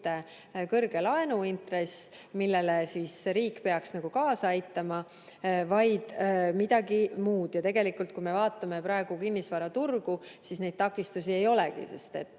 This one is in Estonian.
kõrge laenuintress, millele riik peaks kaasa aitama, vaid midagi muud. Ja tegelikult, kui me vaatame praegu kinnisvaraturgu, siis takistusi ei olegi, pigem